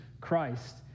Christ